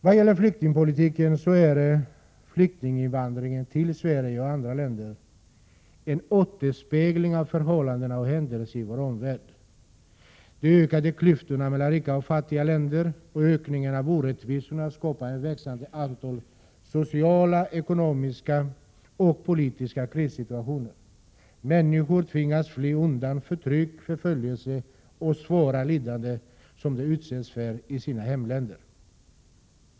Vad gäller flyktingpolitiken vill jag framhålla att flyktinginvandringen till Sverige och andra länder är en återspegling av förhållanden och händelser i vår omvärld. De allt större klyftorna mellan rika och fattiga länder och ökningen av orättvisorna skapar ett växande antal sociala, ekonomiska och politiska krissituationer. Människor tvingas fly undan förtryck, förföljelse och svåra lidanden som de utsätts för i sina hemländer.